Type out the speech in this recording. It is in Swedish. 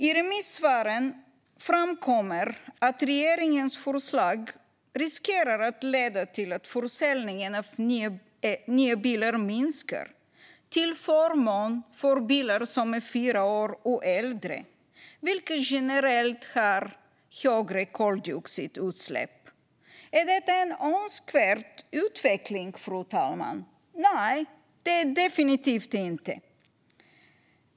I remissvaren framkommer att regeringens förslag riskerar att leda till att försäljningen av nya bilar minskar till förmån för bilar som är fyra år och äldre, vilka generellt har högre koldioxidutsläpp. Är detta en önskvärd utveckling? Nej, det är det definitivt inte.